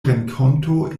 renkonto